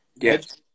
Yes